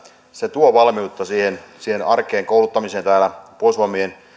se tuo valmiutta arkeen kouluttamiseen täällä puolustusvoimien